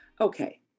Okay